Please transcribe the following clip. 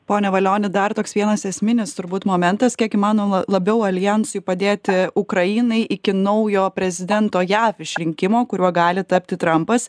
pone valioni dar toks vienas esminis turbūt momentas kiek įmanoma labiau aljansui padėti ukrainai iki naujo prezidento jav išrinkimo kuriuo gali tapti trampas